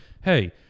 hey